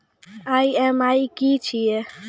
EMI की छिये?